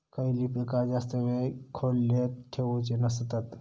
खयली पीका जास्त वेळ खोल्येत ठेवूचे नसतत?